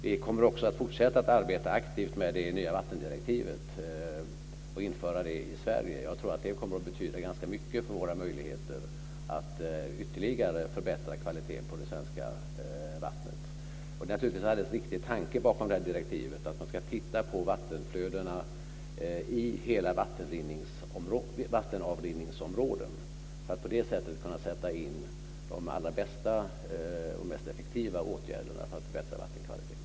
Vi kommer också att fortsätta att arbeta aktivt med det nya vattendirektivet och införa det i Sverige. Jag tror att det kommer att betyda ganska mycket för våra möjligheter att ytterligare förbättra kvaliteten på det svenska vattnet. Det är en viktig tanke bakom direktivet. Man ska titta på vattenflödena i hela vattenavrinningsområden för att på det sättet kunna sätta in de allra bästa och mest effektiva åtgärderna för att förbättra vattenkvaliteten.